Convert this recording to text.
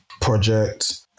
project